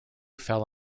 fell